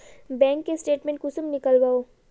Bank के statement कुंसम नीकलावो?